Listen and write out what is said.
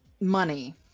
money